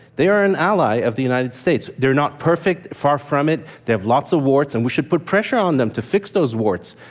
they are an ally of the united states. they're not perfect, far from it. they have lots of warts, and we should put pressure on them to fix those warts.